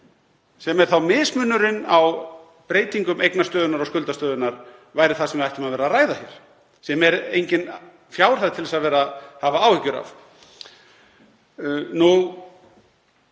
sem er þá mismunurinn á breytingum eignastöðunnar og skuldastöðunnar, væri það sem við ættum að vera að ræða hér. Það er engin fjárhæð til að hafa áhyggjur af. Ég